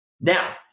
Now